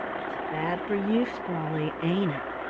it's bad for you, sprawley, ain't it?